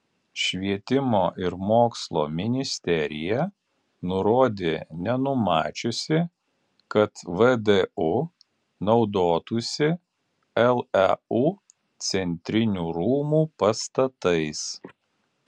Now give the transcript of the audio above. švietimo ir mokslo ministerija nurodė nenumačiusi kad vdu naudotųsi leu centrinių rūmų pastatais